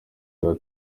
bwa